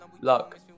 luck